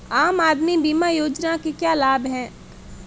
आम आदमी बीमा योजना के क्या लाभ हैं?